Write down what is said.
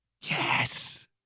Yes